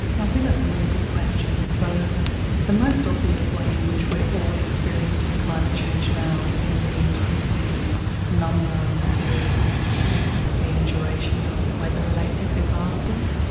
i think that's a really good question. so the most obvious way in which we are all experiencing climate change now is in the increasing number and seriousness and frequency and duration of weather-related disasters,